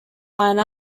line